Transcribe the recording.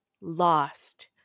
Lost